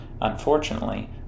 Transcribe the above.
Unfortunately